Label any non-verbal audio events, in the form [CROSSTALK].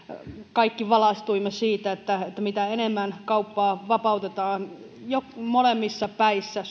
kaikki valaistuimme siitä että mitä enemmän kauppaa vapautetaan sitä enemmän syntyy molemmissa päissä [UNINTELLIGIBLE]